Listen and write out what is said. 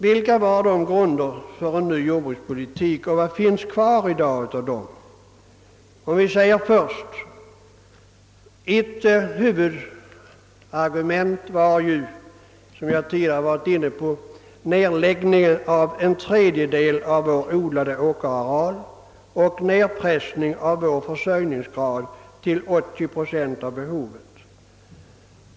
Vilka var då dessa grunder för en ny jordbrukspolitik, och vad finns det i dag kvar av dem? 1. Ett huvudargument var nedläggningen av en tredjedel av vår odlade åkerareal och en nedpressning av vår försörjningsgrad till 80 procent av bebovet.